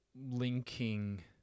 linking